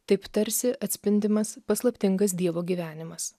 taip tarsi atspindimas paslaptingas dievo gyvenimas